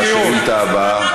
אנחנו נעבור לשאילתה הבאה.